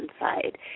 inside